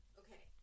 okay